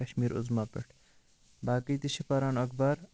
کَشمیٖرعُظما پیٹھ باقٕے تہِ چھِ پَران اَخبار